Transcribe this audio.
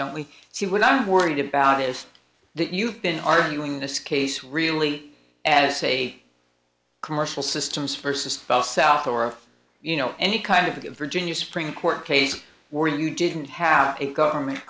and see what i'm worried about is that you've been arguing this case really as a commercial systems versus well south or you know any kind of virginia supreme court case where you didn't have a government